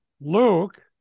luke